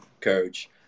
coach